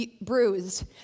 bruised